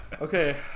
Okay